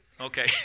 Okay